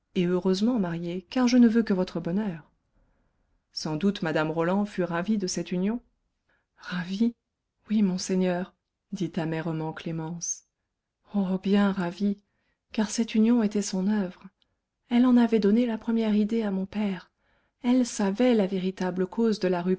et heureusement mariée car je ne veux que votre bonheur sans doute mme roland fut ravie de cette union ravie oui monseigneur dit amèrement clémence oh bien ravie car cette union était son oeuvre elle en avait donné la première idée à mon père elle savait la véritable cause de la